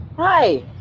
Hi